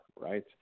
right